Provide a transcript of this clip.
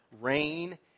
rain